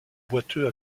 boiteux